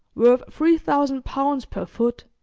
worth three thousand pounds per foot.